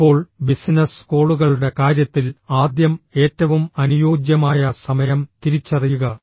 ഇപ്പോൾ ബിസിനസ് കോളുകളുടെ കാര്യത്തിൽ ആദ്യം ഏറ്റവും അനുയോജ്യമായ സമയം തിരിച്ചറിയുക